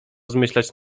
zmyślać